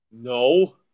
No